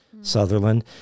Sutherland